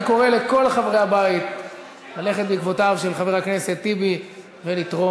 אני קורא לכל חברי הבית ללכת בעקבותיו של חבר הכנסת טיבי ולתרום,